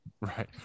right